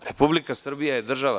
Republika Srbija je država.